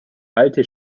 alte